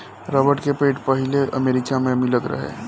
rubber के पेड़ पहिले अमेरिका मे मिलत रहे